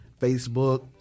Facebook